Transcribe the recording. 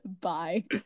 Bye